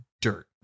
dirt